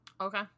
Okay